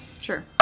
Sure